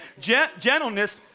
Gentleness